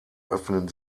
öffnen